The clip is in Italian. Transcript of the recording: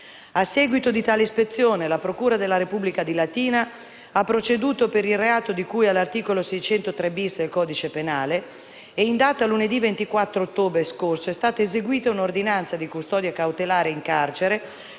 A seguito di tale ispezione, la procura della Repubblica di Latina ha proceduto per il reato di cui all'articolo 603-*bis* del codice penale e, in data lunedì 24 ottobre scorso, è stata eseguita un'ordinanza di custodia cautelare in carcere